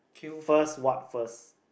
first what first